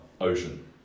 ocean